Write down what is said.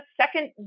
second